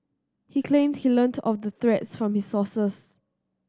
he claimed he learnt of the threats from his sources